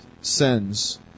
sends